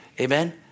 Amen